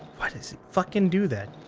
why does it fucking do that?